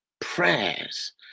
Prayers